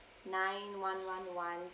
nine one one one